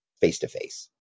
face-to-face